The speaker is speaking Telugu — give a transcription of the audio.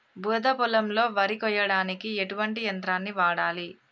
బురద పొలంలో వరి కొయ్యడానికి ఎటువంటి యంత్రాన్ని వాడాలి?